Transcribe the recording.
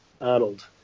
Arnold